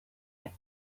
had